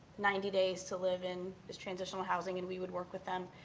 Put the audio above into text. ninety days to live in this transitional housing, and we would work with them,